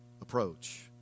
approach